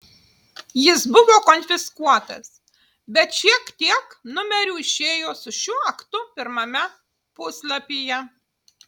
jis buvo konfiskuotas bet šiek tiek numerių išėjo su šiuo aktu pirmame puslapyje